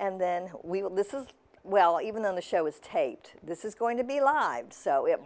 and then we will listen well even then the show is taped this is going to be lived so it